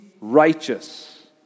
righteous